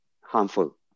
harmful